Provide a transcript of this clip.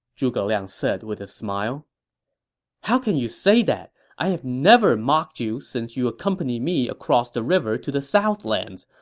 zhuge liang said with a smile how can you say that? i have never mocked you since you accompanied me across the river to the southlands,